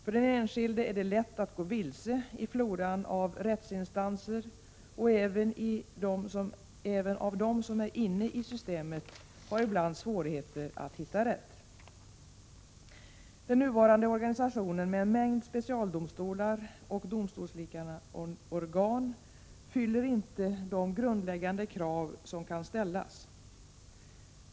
För den enskilde är det lätt att gå vilse i floran av rättsinsatser, och även de som är inne i systemet har ibland svårt att hitta rätt. Den nuvarande organisationen med en mängd specialdomstolar och domstolsliknande organ fyller inte de grundläggande krav som kan ställas.